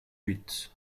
huit